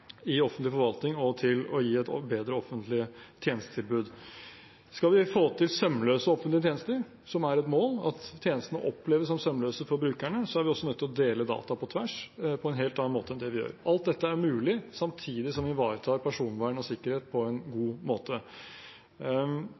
i offentlig forvaltning og til å gi et bedre offentlig tjenestetilbud. Skal vi få til sømløse offentlige tjenester – det er et mål at tjenestene oppleves som sømløse for brukerne – er vi også nødt til å dele data på tvers på en helt annen måte enn det vi gjør. Alt dette er mulig samtidig som vi ivaretar personvern og sikkerhet på en god måte.